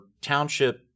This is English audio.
township